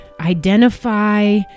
identify